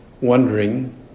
wondering